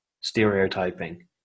stereotyping